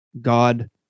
God